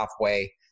halfway